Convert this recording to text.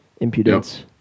impudence